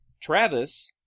Travis